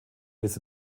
bis